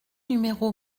numéro